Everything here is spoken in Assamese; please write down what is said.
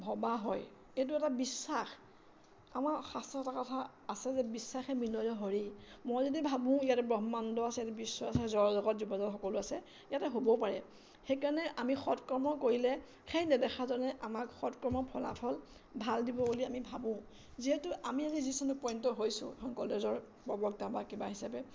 ভবা হয় এইটো এটা বিশ্বাস আমাৰ শাস্ত্ৰত এটা কথা আছে যে বিশ্বাসে মিলয় হৰি মই যদি ভাবোঁ ইয়াতে ব্ৰহ্মাণ্ড আছে বিশ্ব আছে জড় জগতৰ সকলো আছে ইয়াতে হ'বও পাৰে সেইকাৰণে আমি সৎ কৰ্ম কৰিলে সেই নেদেখাজনে আমাক সৎ কৰ্মৰ ফলাফল ভাল দিব বুলি আমি ভাবোঁ যিহেতু আমি আজি যি স্থানত উপনীত হৈছোঁ কলেজৰ প্ৰৱক্তা বা কিবা হিচাপে